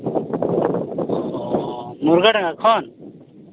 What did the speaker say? ᱚ ᱢᱩᱨᱜᱟᱹ ᱰᱟᱸᱜᱟ ᱠᱷᱚᱱ